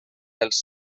dels